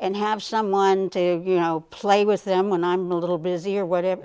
and have someone to you know play with them when i'm a little busy or whatever